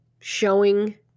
showing